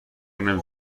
نمی